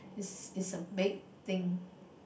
is is a big thing